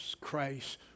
Christ